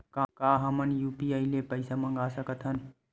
का हमन ह यू.पी.आई ले पईसा मंगा सकत हन?